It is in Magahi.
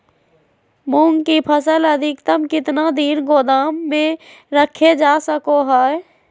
मूंग की फसल अधिकतम कितना दिन गोदाम में रखे जा सको हय?